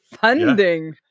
funding